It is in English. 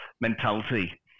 mentality